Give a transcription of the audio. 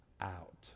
out